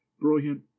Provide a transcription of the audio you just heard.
brilliant